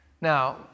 Now